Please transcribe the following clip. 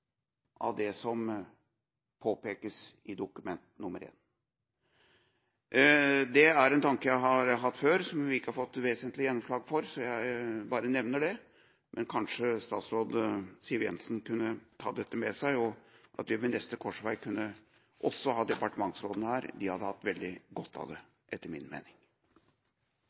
av det som påpekes i Dokument 1. Det er en tanke jeg har hatt før, som jeg ikke har fått vesentlig gjennomslag for, så jeg bare nevner det. Kanskje statsråd Siv Jensen kunne ta dette med seg, slik at vi ved neste korsvei også kunne hatt departementsrådene her. De hadde hatt veldig godt av det, etter min mening.